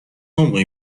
عمقی